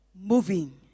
Moving